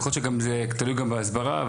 יכול להיות שזה תלוי גם בהסברה.